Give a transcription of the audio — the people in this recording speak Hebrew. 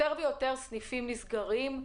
יותר ויותר סניפים נסגרים,